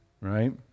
right